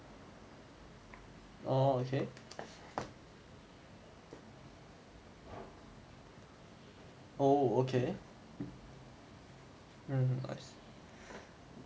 oh okay oh okay